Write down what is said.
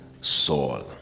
soul